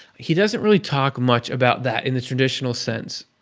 he doesn't really talk much about that in the traditional sense.